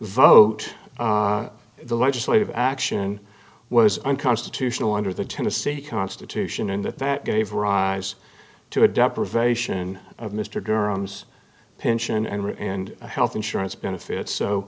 vote the legislative action was unconstitutional under the tennessee constitution and that that gave rise to a deprivation of mr durham's pension and health insurance benefits